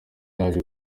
yaje